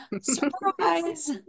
Surprise